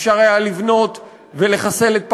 אפשר היה לבנות ולחסל את פארק-איילון,